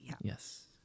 Yes